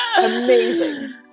Amazing